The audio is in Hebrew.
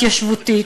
התיישבותית.